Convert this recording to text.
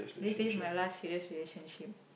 this is my last serious relationship